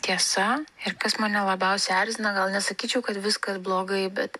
tiesa ir kas mane labiausiai erzina gal nesakyčiau kad viskas blogai bet